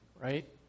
right